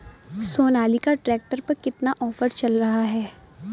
Sonalika tractor पर कितना offer चल रहा है?